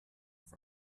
for